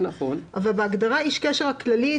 אבל בהגדרה "איש קשר" הכללית,